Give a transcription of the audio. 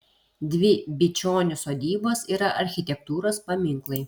dvi bičionių sodybos yra architektūros paminklai